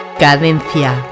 Cadencia